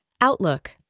Outlook